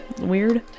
Weird